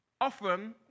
often